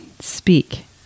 speak